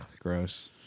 gross